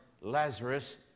Lazarus